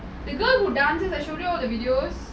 the girl who dances I show you all the videos